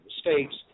states